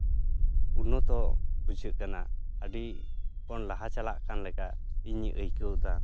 ᱩᱱᱱᱚᱛᱚ ᱵᱩᱡᱷᱟᱹᱜ ᱠᱟᱱᱟ ᱟᱹᱰᱤ ᱵᱚᱱ ᱞᱟᱦᱟ ᱪᱟᱞᱟᱜ ᱠᱟᱱ ᱞᱮᱠᱟ ᱤᱧ ᱟᱹᱭᱠᱟᱹᱣᱫᱟ